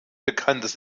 bekanntes